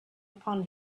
upon